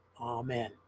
Amen